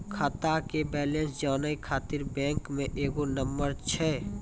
खाता के बैलेंस जानै ख़ातिर बैंक मे एगो नंबर छै?